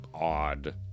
odd